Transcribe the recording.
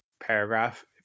paragraph